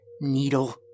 needle